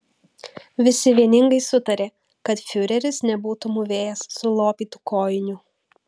visi vieningai sutarė kad fiureris nebūtų mūvėjęs sulopytų kojinių